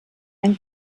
einen